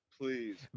Please